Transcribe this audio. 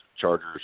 Chargers